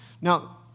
Now